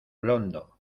blondo